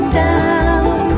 down